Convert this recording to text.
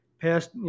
passed